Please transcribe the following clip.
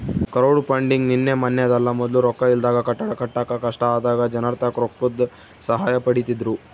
crowdfunding ನಿನ್ನೆ ಮನ್ನೆದಲ್ಲ, ಮೊದ್ಲು ರೊಕ್ಕ ಇಲ್ದಾಗ ಕಟ್ಟಡ ಕಟ್ಟಾಕ ಕಷ್ಟ ಆದಾಗ ಜನರ್ತಾಕ ರೊಕ್ಕುದ್ ಸಹಾಯ ಪಡೀತಿದ್ರು